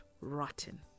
rotten